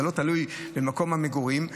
זה לא תלוי במקום המגורים.